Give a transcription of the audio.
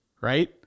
right